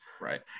Right